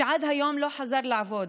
שעד היום לא חזר לעבוד,